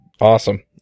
Awesome